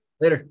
Later